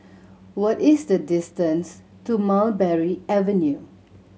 what is the distance to Mulberry Avenue